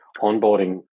onboarding